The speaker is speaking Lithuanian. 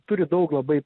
turi daug labai